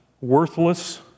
worthless